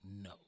No